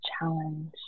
challenge